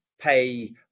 pay